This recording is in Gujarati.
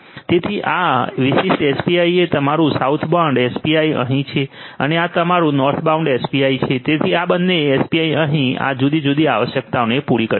તેથી આ વિશિષ્ટ એપીઆઈ એ તમારું સાઉથબાઉન્ડ એપીઆઈ અહીં છે અને આ તમારું નોર્થબાઉન્ડ એપીઆઇ છે તેથી આ બંને એપીઆઈ અહીં આ જુદી જુદી આવશ્યકતાઓને પૂરી કરે છે